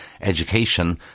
education